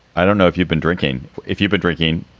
i don't know if you've been drinking, if you've been drinking.